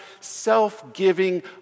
self-giving